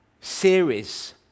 series